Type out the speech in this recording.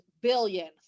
billion